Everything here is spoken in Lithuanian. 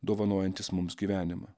dovanojantis mums gyvenimą